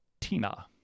Tina